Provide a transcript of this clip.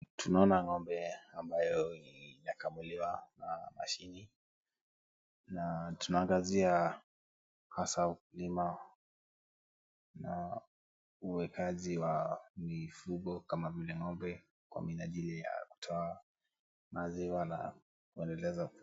Tunaona ng'ombe ambayo inakamuliwa na mashine, na tunaangazia hasaa ukulima na uwekaji wa mifugo kama vile ng'ombe kwa minajiri ya kutoa maziwa na kuendeleza